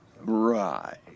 Right